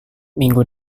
minggu